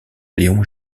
léon